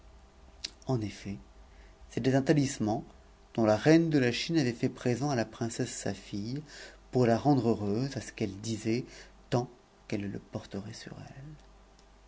en esct c'était un talisman dont la reine de la chine avait fait présent à la princesse sa fille pour la rendre heureuse à ce qu'elle disait t qu'elle le porterait sur elle